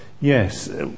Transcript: Yes